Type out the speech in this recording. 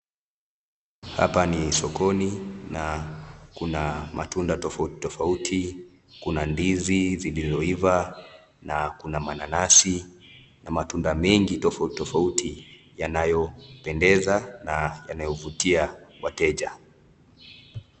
Hapa ni sokoni na kuna matunda tofauti tofauti, Kuna ndizi zilizoiva na kuna mananasi, na matunda mengi tofauti tofauti yanayo pendeza na yanayovutia wateja.